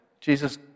Jesus